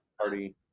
party